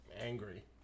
angry